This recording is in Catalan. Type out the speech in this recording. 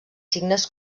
signes